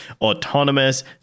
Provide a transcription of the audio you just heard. autonomous